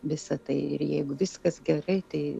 visa tai ir jeigu viskas gerai tai